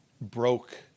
broke